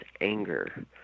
anger